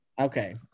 Okay